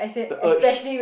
the urge